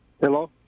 Hello